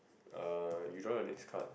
uh you draw the next card